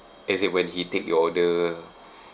as in when he take your order